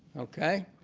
okay?